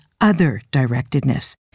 other-directedness